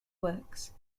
works